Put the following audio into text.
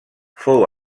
fou